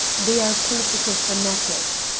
they are political fanatics.